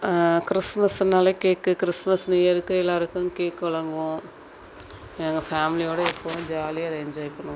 க்றிஸ்மஸ்ஸுனாலே cake Christmas நியூஇயர்க்கு எல்லாருக்கும் cake வழங்குவோம் எங்கள் ஃபேமிலியோட எப்போவும் ஜாலியாக என்ஜாய் பண்ணுவோம்